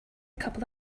couple